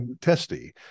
testy